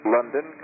London